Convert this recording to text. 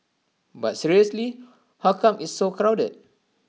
but seriously how come it's so crowded